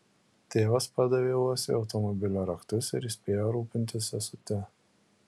tėvas padavė uosiui automobilio raktus ir įspėjo rūpintis sesute